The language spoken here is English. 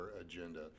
agenda